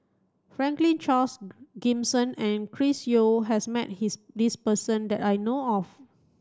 Franklin Charles Gimson and Chris Yeo has met his this person that I know of